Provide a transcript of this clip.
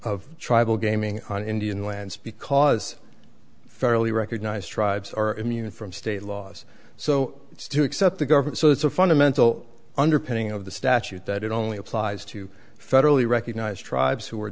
of tribal gaming on indian lands because fairly recognized tribes are immune from state laws so it's to accept the government so it's a fundamental underpinning of the statute that it only applies to federally recognized tribes who are